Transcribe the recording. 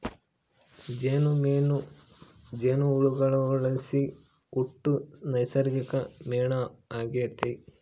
ಜೇನುಮೇಣ ಜೇನುಹುಳುಗುಳ್ಲಾಸಿ ಹುಟ್ಟೋ ನೈಸರ್ಗಿಕ ಮೇಣ ಆಗೆತೆ